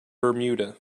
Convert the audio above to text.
bermuda